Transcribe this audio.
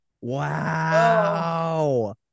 Wow